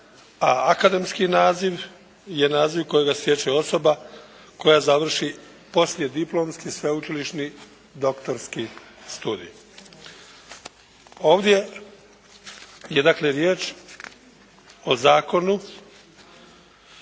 a akademski naziv je naziv kojega stječe osoba koja završi poslijediplomski sveučilišni doktorski studij. Ovdje je dakle riječ o zakonu